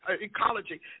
ecology